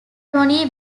tony